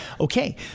Okay